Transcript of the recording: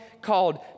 called